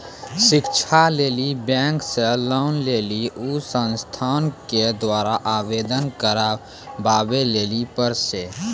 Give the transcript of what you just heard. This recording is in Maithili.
शिक्षा लेली बैंक से लोन लेली उ संस्थान के द्वारा आवेदन करबाबै लेली पर छै?